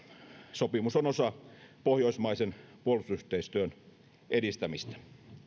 sopimus on osa pohjoismaisen puolustusyhteistyön edistämistä